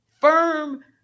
firm